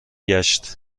گشت